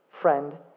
friend